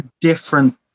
different